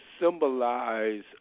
symbolize